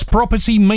Property